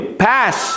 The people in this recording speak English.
pass